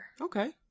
Okay